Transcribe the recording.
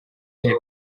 head